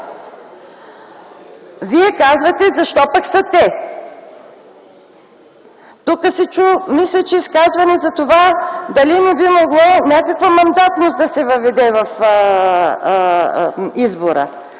вие казвате: защо пък са те? Тук се чу изказване за това дали не би могла някаква мандатност да се въведе в избора.